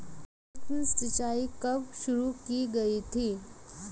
सूक्ष्म सिंचाई कब शुरू की गई थी?